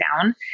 down